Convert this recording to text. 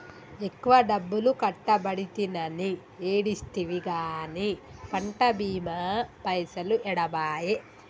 ఎక్కువ డబ్బులు కట్టబడితినని ఏడిస్తివి గాని పంట బీమా పైసలు ఏడబాయే